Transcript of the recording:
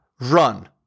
run